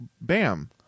Bam